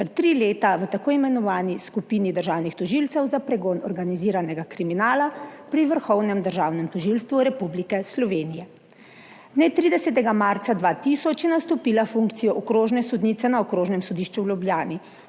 ter tri leta v tako imenovani Skupini državnih tožilcev za pregon organiziranega kriminala pri Vrhovnem državnem tožilstvu Republike Slovenije. Dne 30. marca 2000 je nastopila funkcijo okrožne sodnice na Okrožnem sodišču v Ljubljani.